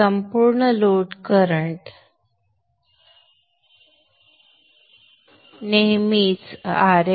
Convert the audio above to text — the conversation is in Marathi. संपूर्ण लोड करंट नेहमीच Rs